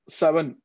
seven